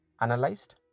analyzed